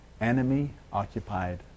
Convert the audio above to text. enemy-occupied